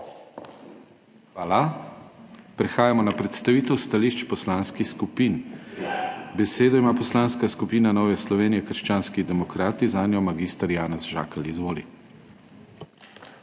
Hvala. Prehajamo na predstavitev stališč poslanskih skupin. Besedo ima Poslanska skupina Nove Slovenije - krščanski demokrati, zanjo mag. Janez Žakelj. Izvoli.